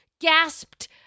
gasped